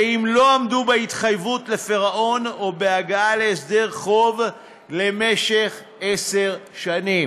ואם לא עמדו בהתחייבות לפירעון או בהגעה להסדר חוב למשך עשר שנים.